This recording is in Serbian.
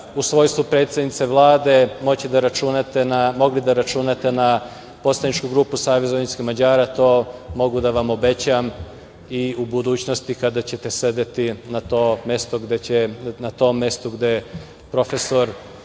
u svojstvu predsednice Vlade mogli da računate na poslaničku grupu SVM, pa eto mogu da vam obećam i u budućnosti kada ćete sedeti na tom mesto gde profesor